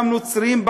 וגם נוצריים,